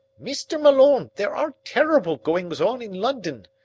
mr. malone, there are terrible goings-on in london.